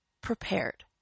prepared